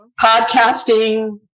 podcasting